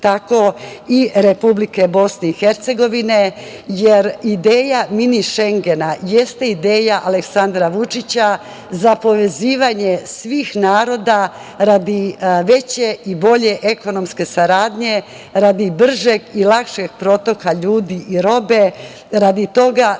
i Republike Bosne i Hercegovine, jer ideja mini Šengena, jeste ideja Aleksandra Vučića za povezivanje svih naroda radi veće i bolje ekonomske saradnje, radi bržeg i lakšeg protoka ljudi i robe, radi toga